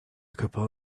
couple